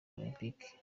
olempike